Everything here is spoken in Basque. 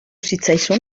zitzaizun